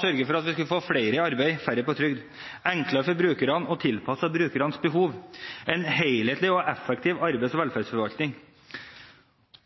sørge for å få flere i arbeid og færre på trygd gjøre det enklere for brukerne og tilpasse tjenestene etter brukernes behov skape en helhetlig og effektiv arbeids- og velferdsforvaltning